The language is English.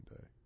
day